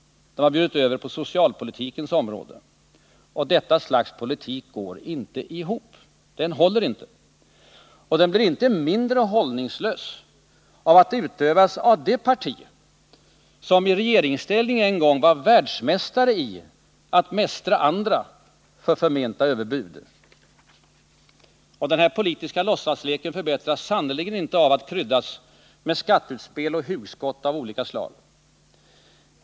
De har bjudit över på socialpolitikens område. Detta slags politik går inte ihop. Den håller inte. Den blir inte mindre hållningslös av att utövas av det parti som i regeringsställning en gång var världsmästare i att mästra andra för förmenta överbud. Denna politiska låtsaslek förbättras sannerligen inte av att kryddas med skatteutspel och hugskott av skilda slag.